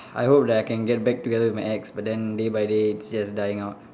I hope that I can get back together with my ex but then day by day it's just dying out